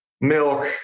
milk